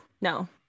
No